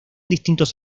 distintos